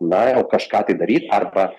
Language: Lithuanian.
na jau kažką tai daryt arba